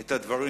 את הדברים.